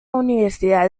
universidad